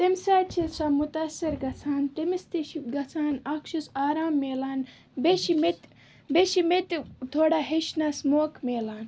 تمہِ سۭتۍ چھِ سۄ مُتٲثر گژھان تٔمِس تہِ چھِ گژھان اَکھ چھِس آرام میلان بیٚیہِ چھِ مےٚ تہِ بیٚیہِ چھِ مےٚ تہِ تھوڑا ہیٚچھنَس موقعہ میلان